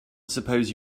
suppose